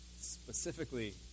specifically